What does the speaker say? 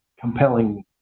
compelling